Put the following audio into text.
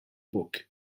book